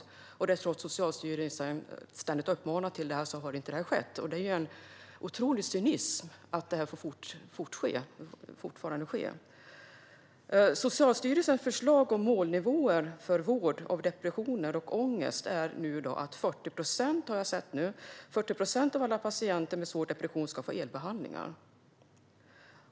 Trots att Socialstyrelsen ständigt uppmanar till det har det inte skett. Det är en otrolig cynism att detta får fortgå. Socialstyrelsens förslag till mål för vård av depressioner och ångest är nu att 40 procent av alla patienter med svår depression ska få elbehandlingar.